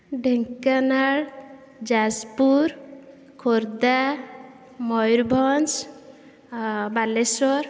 Dhenkanal Jajpur Khordha Mayurbhanj Balasore